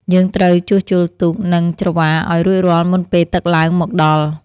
យើងត្រូវជួសជុលទូក និងច្រវាឱ្យរួចរាល់មុនពេលទឹកឡើងមកដល់។